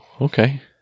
okay